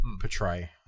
portray